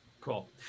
cool